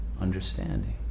understanding